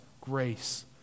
grace